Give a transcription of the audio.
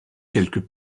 quelques